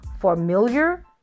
familiar